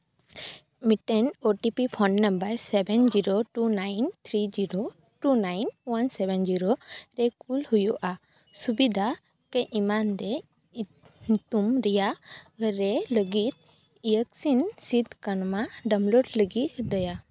ᱢᱤᱫᱴᱟᱝ OTP phone number seven zero two nine three zero two nine one seven zero ᱨᱮ ᱠᱩᱞ ᱦᱩᱭᱩᱜᱼᱟ ᱥᱩᱵᱤᱫᱷᱟ ᱠᱚ ᱮᱢᱟᱱᱫᱮ ᱧᱩᱛᱩᱢ ᱨᱮᱭᱟᱜ ᱨᱮ ᱞᱟᱹᱜᱤᱫ ᱤᱭᱮᱠᱥᱤᱱ ᱥᱤᱫ ᱠᱟᱱᱣᱟ ᱰᱟᱣᱩᱱᱞᱳᱰ ᱞᱟᱹᱜᱤᱫ ᱫᱚᱭᱟ